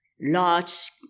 large